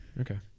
Okay